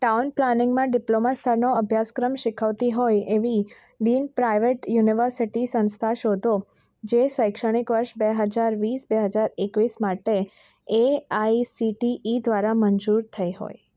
town પ્લાનિંગમાં diploma સ્તરનો અભ્યાસક્રમ શીખવતી હોય એવી ડિમ પ્રાઈવેટ યુનિવર્સિટી સંસ્થા શોધો જે શૈક્ષણિક વર્ષ બે હજાર વીસ બે હજાર એકવીસ માટે A I C T E દ્વારા મંજૂર થઇ હોય